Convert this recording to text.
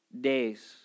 days